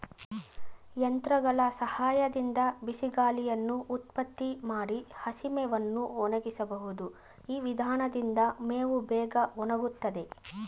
ಯಂತ್ರಗಳ ಸಹಾಯದಿಂದ ಬಿಸಿಗಾಳಿಯನ್ನು ಉತ್ಪತ್ತಿ ಮಾಡಿ ಹಸಿಮೇವನ್ನು ಒಣಗಿಸಬಹುದು ಈ ವಿಧಾನದಿಂದ ಮೇವು ಬೇಗ ಒಣಗುತ್ತದೆ